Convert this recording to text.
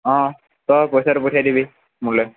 অঁ তই পইচাটো পঠিয়াই দিবি মোলৈ